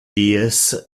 dies